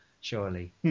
surely